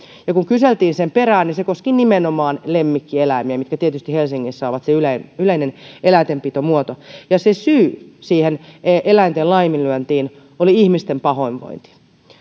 kun kyseltiin sen perään se koski nimenomaan lemmikkieläimiä mitkä tietysti helsingissä ovat se yleinen yleinen eläintenpitomuoto syy siihen eläinten laiminlyöntiin oli ihmisten pahoinvointi